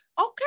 Okay